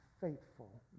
faithful